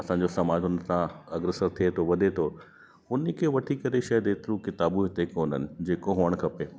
असांजो समाज उन सां अगरि सभु थिए थो वधे थो उनखे वठी करे शाइद एतिरो किताबू इते कोन्हनि जेतिरी हुअण खपे